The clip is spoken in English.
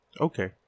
Okay